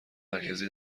مرکزی